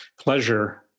pleasure